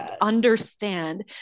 understand